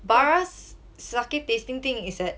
bara's sake tasting thing is at